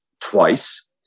twice